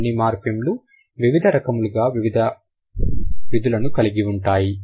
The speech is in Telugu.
అన్ని మార్ఫిమ్ లు వివిధ రకముల విధులను కలిగి ఉంటాయి